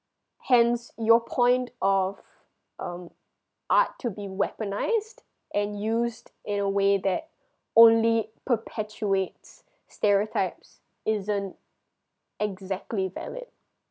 hence your point of um art to be weaponized and used in a way that only perpetuates stereotypes isn't exactly valid